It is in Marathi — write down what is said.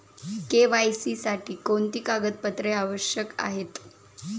के.वाय.सी साठी कोणती कागदपत्रे आवश्यक आहेत?